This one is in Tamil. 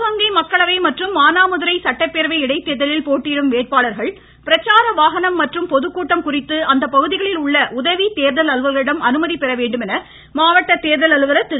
சிவகங்கை மக்களவை மற்றும் மானாமதுரை சட்டப்பேரவை இடைத்தேர்தலில் போட்டியிடும் வேட்பாளர்கள் பிரச்சார வாகனம் மற்றும் பொதுக்கூட்டம் நடத்த அப்பகுதிகளில் உள்ள உதவி தேர்தல் அலுவலர்களிடம் அனுமதி பெற வேண்டும் என மாவட்ட தேர்தல் அலுவலர் திரு